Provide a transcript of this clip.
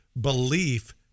belief